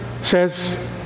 says